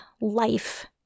life